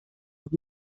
noch